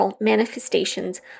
manifestations